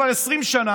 כבר 20 שנה,